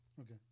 Okay